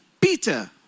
Peter